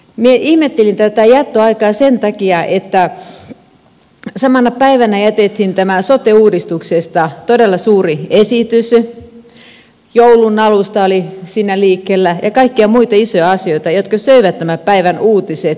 minä ihmettelin tätä jättöaikaa sen takia että samana päivänä jätettiin sote uudistuksesta todella suuri esitys oli joulunalus ja liikkeellä kaikkia muita isoja asioita jotka söivät nämä päivän uutiset